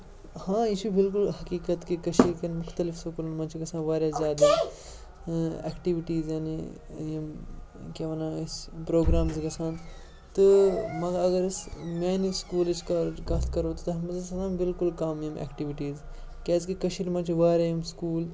آ یہِ چھِ بلکل حقیٖقت کہِ کٔشیٖرِکٮ۪ن مختلف سکوٗلَن منٛز چھِ گژھان واریاہ زیادٕ اٮ۪کٹوِٹیٖز یعنے یِم کیٛاہ وَنان أسۍ پرٛوگرام گژھان تہٕ مگر اگر أسۍ میٛانہِ سکوٗلٕچ کَتھ کَرو تہٕ تَتھ منٛز ٲسۍ آسان بلکل کَم یِم اٮ۪کٹٕوِٹیٖز کیٛازِکہِ کٔشیٖرِ منٛز چھِ واریاہ یِم سکوٗل